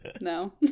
no